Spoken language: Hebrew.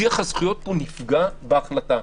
שיח הזכויות נפגע בהחלטה.